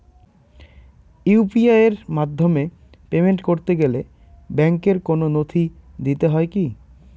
UPI এর মাধ্যমে payment করতে গেলে ব্যাংকের কোন নথি দিতে হয় কি?